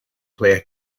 player